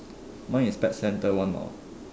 mine is pet center one mile